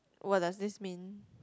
what does this mean